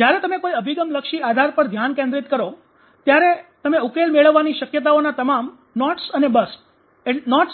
જ્યારે તમે કોઈ અભિગમલક્ષી આધાર પર ધ્યાન કેન્દ્રિત કરો ત્યારે તમે ઉકેલ મેળવવાની શક્યતાઓના તમામ નોટ્સ